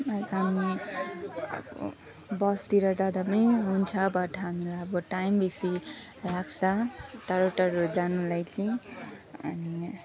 like हामी अब बसतिर जाँदा पनि हुन्छ बट हामीलाई अब टाइम बेसी लाग्छ टाढो टाढो जानुलाई चाहिँ अनि